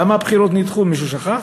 למה הבחירות נדחו, מישהו שכח?